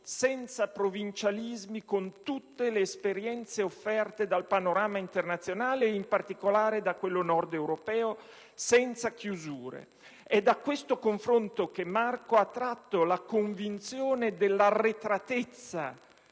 provinciali con tutte le esperienze offerte dal panorama internazionale, in particolare da quello nord-europeo. È da questo confronto che Marco ha tratto la convinzione dell'arretratezza,